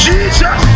Jesus